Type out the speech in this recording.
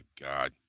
God